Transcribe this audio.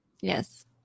Yes